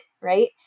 right